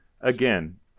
Again